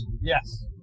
yes